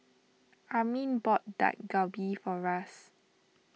Armin bought Dak Galbi for Ras